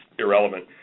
irrelevant